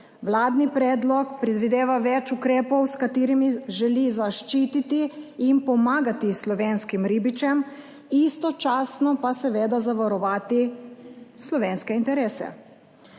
Vladni predlog predvideva več ukrepov, s katerimi želi zaščititi in pomagati slovenskim ribičem, istočasno pa seveda zavarovati slovenske interese.